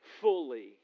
fully